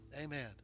Amen